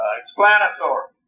explanatory